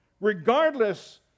Regardless